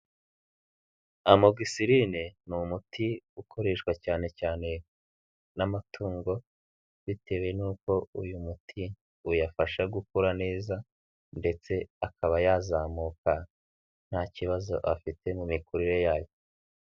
Amogisirine ni umuti ukoreshwa cyane cyane n'amatungo, bitewe n'uko uyu muti uyafasha gukura neza ndetse akaba yazamuka, nta kibazo afite mu mikurire yayo.